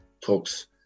talks